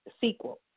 sequel